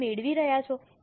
તમે મેળવી રહ્યા છો